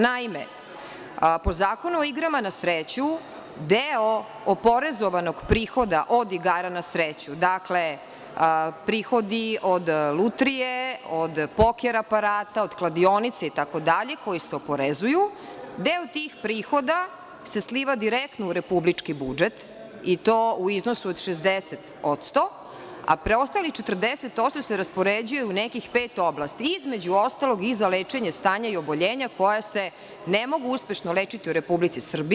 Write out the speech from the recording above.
Naime, po Zakonu o igrama na sreću, deo oporezovanog prihoda od igara na sreću, prihodi od lutrije, od poker aparata, od kladionica, koji se oporezuju, deo tih prihoda se sliva direktno u republički budžet i to u iznosu od 60%, a preostalih 40% se raspoređuje u nekih pet oblasti, između ostalog i za lečenje stanja i oboljenja koja se ne mogu uspešno lečiti u Republici Srbiji.